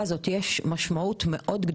אבל אני כן רואה שיש אנשים שהם באמת חוששים,